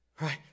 right